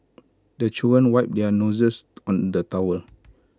the children wipe their noses on the towel